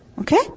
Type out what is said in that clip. Okay